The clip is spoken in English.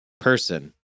person